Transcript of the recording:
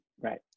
Right